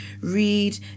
read